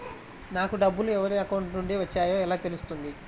నాకు డబ్బులు ఎవరి అకౌంట్ నుండి వచ్చాయో ఎలా తెలుస్తుంది?